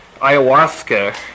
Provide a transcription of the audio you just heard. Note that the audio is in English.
ayahuasca